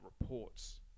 reports